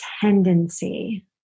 tendency